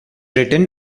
written